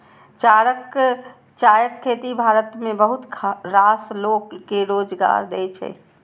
चायक खेती भारत मे बहुत रास लोक कें रोजगार दै छै